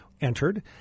entered